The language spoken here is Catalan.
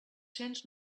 cents